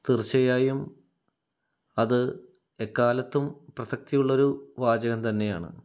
തീർച്ചയായും അത് എക്കാലത്തും പ്രസക്തിയുള്ളൊരു വാചകം തന്നെയാണ്